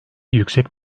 yüksek